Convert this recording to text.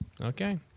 Okay